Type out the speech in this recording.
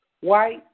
white